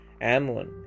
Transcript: Ammon